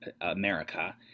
America